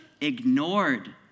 ignored